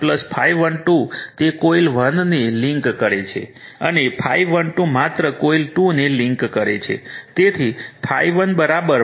તેથી ∅11 ∅12 તે કોઇલ 1 ને લિંક કરે છે અને ∅12 માત્ર કોઇલ 2 ને લિંક કરે છે